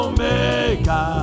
Omega